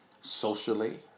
socially